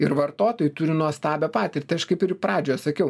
ir vartotojai turi nuostabią patirtį aš kaip ir pradžioje sakiau